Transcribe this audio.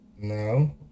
no